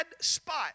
spot